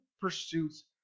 pursuits